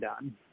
done